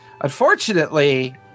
Unfortunately